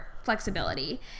flexibility